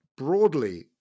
Broadly